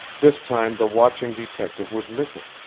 this time the watching detective was missing.